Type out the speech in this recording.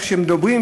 איך הם מדברים,